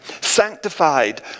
Sanctified